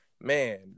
Man